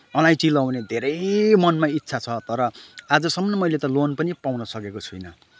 अलैँची लगाउने धेरै मनमा इच्छा छ तर आजसम्म त मैले लोन पनि पाउनसकेको छैन